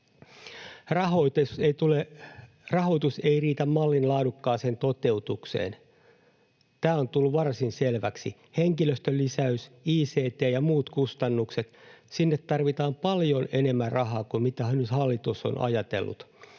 Rahoitus ei riitä mallin laadukkaaseen toteutukseen. Tämä on tullut varsin selväksi. Henkilöstölisäys-, ict- ja muut kustannukset — sinne tarvitaan paljon enemmän rahaa kuin mitä nyt hallitus on ajatellut.